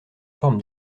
forme